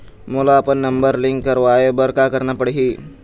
मोला अपन number link करवाये बर का करना पड़ही?